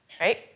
right